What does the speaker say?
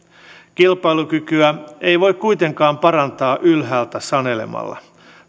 kilpailukykyä ei voi kuitenkaan parantaa ylhäältä sanelemalla